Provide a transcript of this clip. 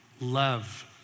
love